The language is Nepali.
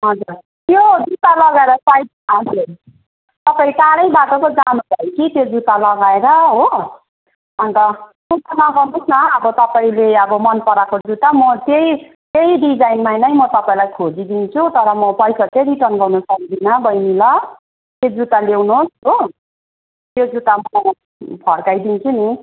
हजुर त्यो जुत्ता लगाएर साइज हजुर तपाईँ टाढै बाटो पो जानु भयो कि त्यो जुत्ता लगाएर हो अन्त त्यस्तो नगर्नु होस् न अब तपाईँले अब मन पराएको जुत्ता म त्यही डिजाइनमा नै म तपाईँलाई खोजिदिन्छु तर म पैसा चाहिँ रिटर्न गर्नु सक्दिनँ बहिनी ल त्यो जुत्ता ल्याउनु होस् हो त्यो जुत्ता म फर्काइदिन्छु नि